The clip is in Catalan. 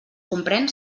comprèn